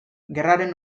gerraren